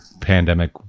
pandemic